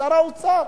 שר האוצר.